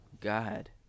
God